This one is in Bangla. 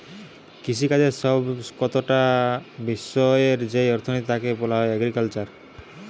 কৃষিকাজের সব কটা বিষয়ের যেই অর্থনীতি তাকে এগ্রিকালচারাল অর্থনীতি বলে